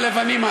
הלבנים,